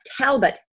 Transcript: Talbot